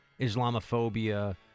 Islamophobia